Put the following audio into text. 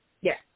Yes